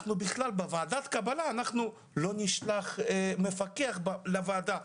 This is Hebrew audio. אנחנו לא נשלח מפקח לוועדת הקבלה,